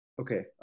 Okay